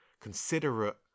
considerate